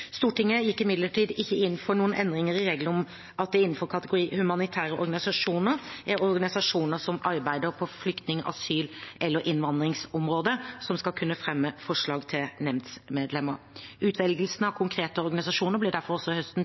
Stortinget gikk imidlertid ikke inn for noen endringer i reglene om at det innenfor kategorien «humanitære organisasjoner» er organisasjoner som arbeider på flyktning-, asyl- eller innvandringsområdet som skal kunne fremme forslag til nemndmedlemmer. Utvelgelse av konkrete organisasjoner ble derfor også høsten